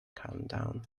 countdown